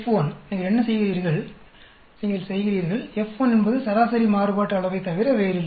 F1 நீங்கள் என்ன செய்கிறீர்கள் நீங்கள் செய்கிறீர்கள் F1 என்பது சராசரி மாறுபாட்டு அளவை தவிர வேறில்லை